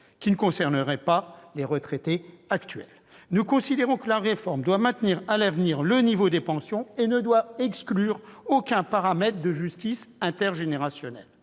qui ne concernera pas les retraités actuels. Nous considérons que la réforme doit maintenir, à l'avenir, le niveau des pensions, et ne doit exclure aucun paramètre de justice intergénérationnelle.